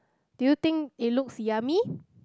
do you think it looks yummy